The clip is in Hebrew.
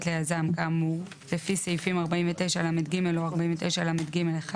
ליזם כאמור לפי סעיפים 49לג או 49לג1,